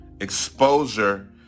Exposure